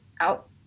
out